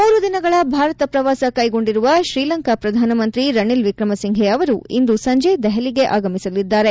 ಮೂರು ದಿನಗಳ ಭಾರತ ಪ್ರವಾಸ ಕೈಗೊಂಡಿರುವ ಶ್ರೀಲಂಕಾ ಪ್ರಧಾನಮಂತ್ರಿ ರಣಿಲ್ ವಿಕ್ರೆಮೆಸಿಂಘೆ ಅವರು ಇಂದು ಸಂಜೆ ದೆಹಲಿಗೆ ಆಗಮಿಸಲಿದ್ದಾರೆ